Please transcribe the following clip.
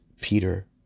Peter